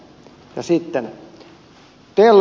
ja sitten